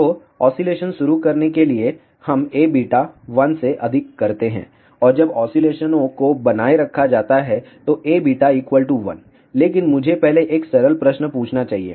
तो ऑसीलेशन शुरू करने के लिए हम Aβ 1 से अधिक करते हैंऔर जब ऑसीलेशनों को बनाए रखा जाता है तो Aβ 1 लेकिन मुझे पहले एक सरल प्रश्न पूछना चाहिए